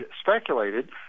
speculated